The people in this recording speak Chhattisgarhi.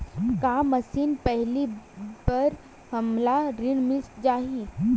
का मशीन मिलही बर हमला ऋण मिल जाही?